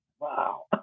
wow